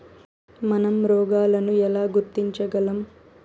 మనం రోగాలను ఎలా గుర్తించగలం?